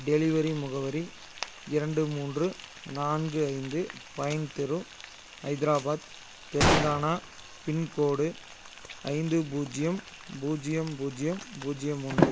delivery முகவரி இரண்டு மூன்று நான்கு ஐந்து பைன் தெரு ஹைதராபாத் தெலுங்கானா பின்கோடு ஐந்து பூஜ்ஜியம் பூஜ்ஜியம் பூஜ்ஜியம் பூஜ்ஜியம் ஒன்று